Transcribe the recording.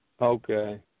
Okay